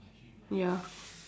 ya